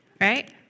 right